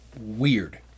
weird